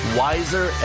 wiser